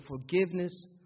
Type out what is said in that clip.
forgiveness